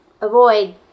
avoid